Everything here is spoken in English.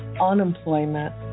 unemployment